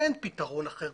אין פתרון אחר,